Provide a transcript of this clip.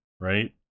right